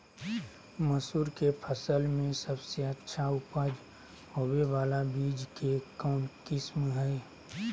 मसूर के फसल में सबसे अच्छा उपज होबे बाला बीज के कौन किस्म हय?